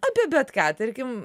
apie bet ką tarkim